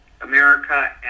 America